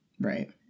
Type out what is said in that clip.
Right